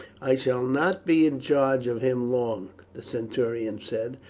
i shall not be in charge of him long, the centurion said.